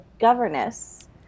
governess